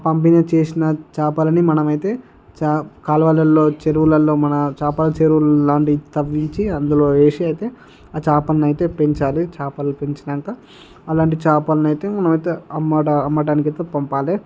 పంపిన చేసిన చేపలని మనమైతే కాలువలలో చెరువులలో మన చేపల చెరువు లాంటి తవ్వించి అందులో వేసి ఆ చేపలని అయితే పెంచాలి చేపలని పెంచినాక అలాంటి చేపలను అయితే మనమైతే అమ్మడానికి అయితే పంపాలి